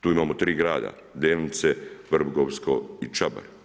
Tu imamo tri grada, Delnice, Vrbovsko i Čabar.